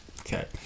Okay